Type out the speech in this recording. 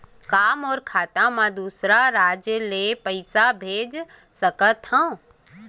का मोर खाता म दूसरा राज्य ले पईसा भेज सकथव?